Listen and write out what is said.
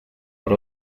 por